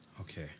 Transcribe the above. okay